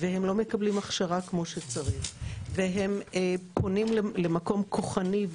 והם לא מקבלים הכשרה כמו שצריך והם פונים למקום כוחני,